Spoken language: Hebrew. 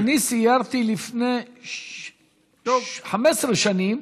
אני סיירתי לפני 15 שנים.